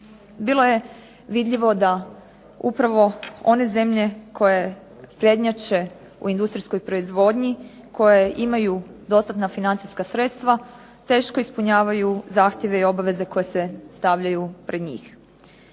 Bilo je vidljivo da upravo one zemlje koje prednjače u industrijskoj proizvodnji, koje imaju dostatna financijska sredstva teško ispunjavaju zahtjeve i obaveze koje se stavljaju pred njih.